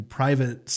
private